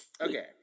okay